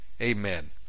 amen